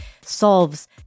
solves